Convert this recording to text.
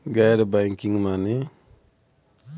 गैर बैंकिंग माने?